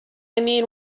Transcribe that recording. mean